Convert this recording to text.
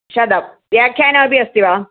शतव्यख्यानमपि अस्ति वा